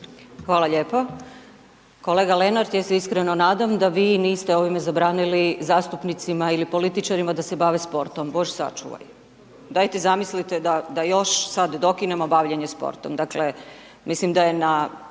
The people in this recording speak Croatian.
Hvala lijepo. Kolega Lenart ja se iskreno nadam da vi niste ovima zabranili zastupnicima ili političarima da se bave sportom, bože sačuvaj. Dajte zamislite da, da još sad dokinemo bavljenje sportom. Dakle, mislim da je na